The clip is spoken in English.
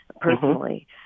personally